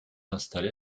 installé